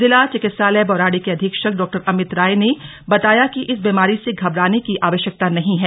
जिला चिकित्सालय बौराड़ी के अधीक्षक डॉ अमित राय ने बताया कि इस बीमारी से घबराने की आवश्यकता नहीं है